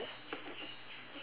okay do I tell him